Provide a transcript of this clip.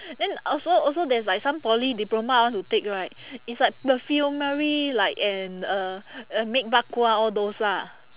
then also also there's like some poly diploma I want to take right it's like perfumery like and uh uh make bak kwa all those ah